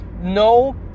No